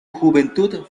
juventud